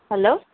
hello